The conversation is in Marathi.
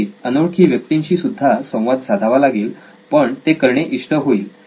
कदाचित अनोळखी व्यक्तींशी सुद्धा संवाद साधावा लागेल पण ते करणे इष्ट होईल